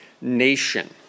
nation